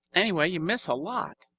anyway, you miss a lot.